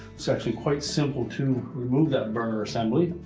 it's actually quite simple to remove that burner assembly,